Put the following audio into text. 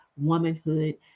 womanhood